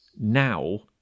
now